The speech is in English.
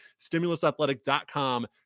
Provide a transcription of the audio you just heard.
Stimulusathletic.com